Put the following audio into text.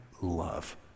love